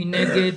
מי נגד?